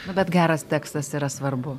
nu bet geras tekstas yra svarbu